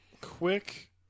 quick